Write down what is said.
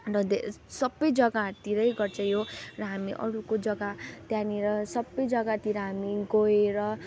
अन्त त्यो सबै जग्गाहरूतिरै गर्छ यो र हामी अरूको जग्गा त्यहाँनिर सबै जग्गातिर हामी गोएर